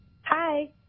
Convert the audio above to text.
hi